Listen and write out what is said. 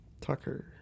Tucker